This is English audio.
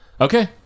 okay